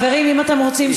בגלל זה אני רוצה שתסיימו,